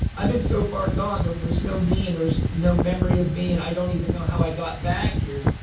i've been so far gone and there was no me and there was no memory of me. and i don't even know how i got back here,